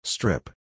Strip